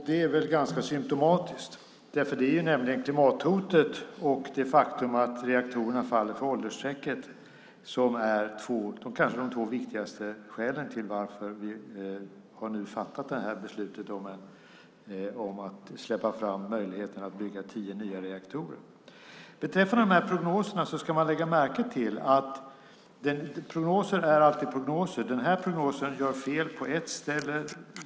Det är ganska symtomatiskt, för det är nämligen klimathotet och det faktum att reaktorerna faller för åldersstrecket som är de två kanske viktigaste skälen till varför vi har fattat detta beslut om att släppa fram möjligheten att bygga tio nya reaktorer. Prognoser är alltid prognoser. Den här prognosen har fel på ett ställe.